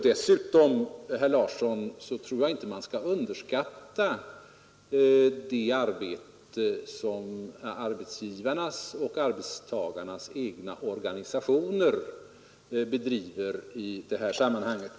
Dessutom, herr Larsson i Staffanstorp, tror jag inte att man skall underskatta det arbete som arbetsgivarnas och arbetstagarnas egna organisationer bedriver i detta sammanhang.